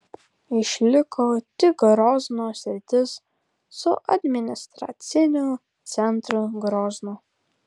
išliko tik grozno sritis su administraciniu centru groznu